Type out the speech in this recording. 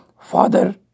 Father